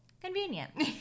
Convenient